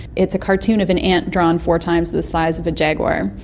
it's a cartoon of an ant drawn four times the size of a jaguar,